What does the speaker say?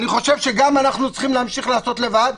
אני חושב שאנחנו צריכים להמשיך לעשות לבד,